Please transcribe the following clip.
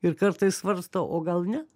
ir kartais svarstau o gal ne